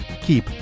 keep